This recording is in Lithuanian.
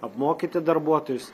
apmokyti darbuotojus